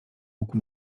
łuku